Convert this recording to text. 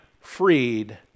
freed